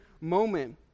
moment